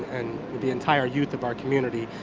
and the entire youth of our community.